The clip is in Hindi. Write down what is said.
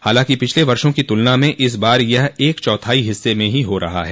हालांकि पिछले वर्षों की तुलना में इस बार यह एक चौथाई हिस्से में हो रहा है